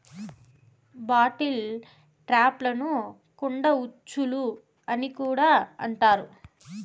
bottle ట్రాప్లను కుండ ఉచ్చులు అని కూడా అంటారు